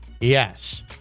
yes